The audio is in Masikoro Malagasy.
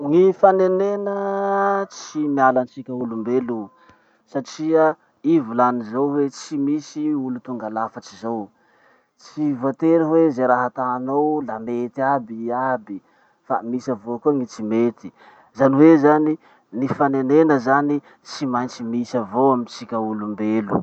Gny fanenena tsy miala antsika olom-belo satria i volany zao hoe tsy misy olo tonga lafatsy zao. Tsy voatery hoe ze raha atanao la mety aby i aby fa misy avao koa ny tsy mety. Zany hoe zany ny fanenena zany tsy maintsy misy avao amitsika olombelo.